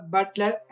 Butler